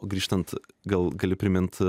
grįžtant gal gali primint